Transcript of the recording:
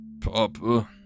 Papa